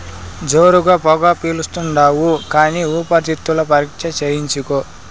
జోరుగా పొగ పిలిస్తాండావు కానీ ఊపిరితిత్తుల పరీక్ష చేయించుకో